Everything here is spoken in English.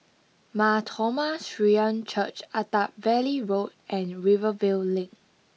Mar Thoma Syrian Church Attap Valley Road and Rivervale Link